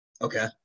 Okay